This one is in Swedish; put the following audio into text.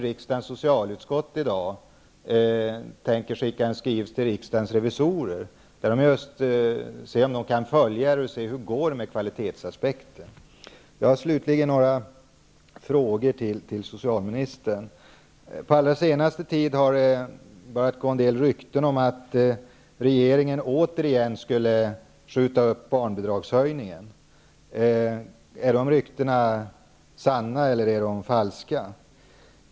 Riksdagens socialutskott tänker skicka en skrivelse till riksdagens revisorer för att se om de kan följa utvecklingen och se hur det går med kvalitetsaspekten. Jag har slutligen några frågor till socialministern. På allra senaste tid har det börjat gå en del rykten om att regeringen återigen skulle skjuta upp barnbidragshöjningen. Är de ryktena sanna eller falska?